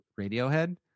Radiohead